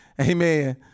Amen